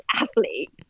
athlete